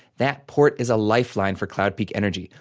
that port is a lifeline for cloud peak energy,